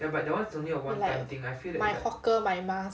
like my hawker my mask